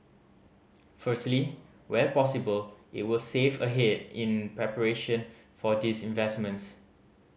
firstly where possible it will save ahead in preparation for these investments